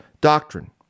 doctrine